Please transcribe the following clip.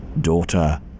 daughter